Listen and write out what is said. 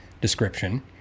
description